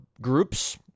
Groups